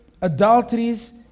adulteries